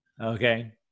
Okay